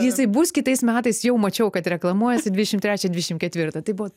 jisai bus kitais metais jau mačiau kad reklamuojasi dvidešim trečią dvidešim ketvirtą tai buvo